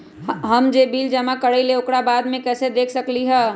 हम जे बिल जमा करईले ओकरा बाद में कैसे देख सकलि ह?